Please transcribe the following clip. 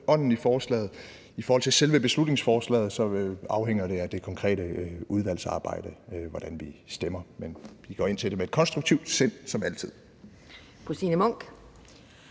ånden i forslaget. I forhold til selve beslutningsforslaget afhænger det af det konkrete udvalgsarbejde, hvordan vi stemmer. Vi går som altid ind til det med et konstruktivt sind. Kl.